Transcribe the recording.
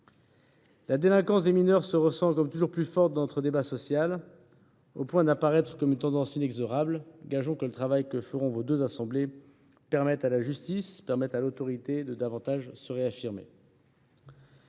La délinquance des mineurs est ressentie comme toujours plus forte dans notre débat social, au point d’apparaître comme une tendance inexorable. Gageons que le travail que feront nos deux assemblées permettra à la justice, à l’autorité, de se réaffirmer.